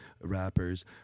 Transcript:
rappers